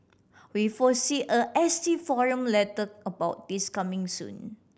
we foresee a S T forum letter about this coming soon